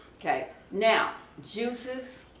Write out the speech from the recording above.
ok. now juices,